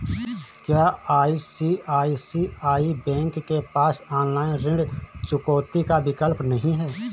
क्या ICICI bank के पास ऑनलाइन ऋण चुकौती का विकल्प नहीं है?